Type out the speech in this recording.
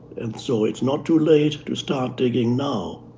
and so it's not too late to start digging now